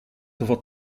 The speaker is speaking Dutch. hoeveel